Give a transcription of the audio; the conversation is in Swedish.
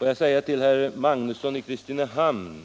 Låt mig också säga några ord till herr Magnusson i Kristinehamn.